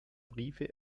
briefe